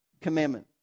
commandment